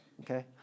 Okay